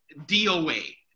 DOA